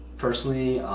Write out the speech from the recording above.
personally,